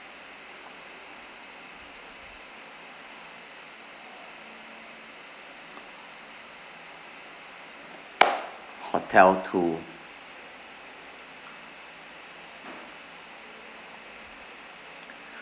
hotel two